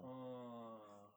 orh